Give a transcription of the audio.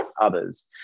others